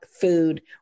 food